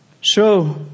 Show